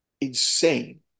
insane